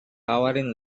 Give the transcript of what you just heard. covering